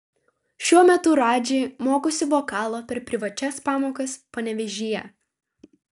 šiuo metu radži mokosi vokalo per privačias pamokas panevėžyje